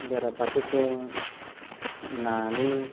बेराफारसेथिं नानि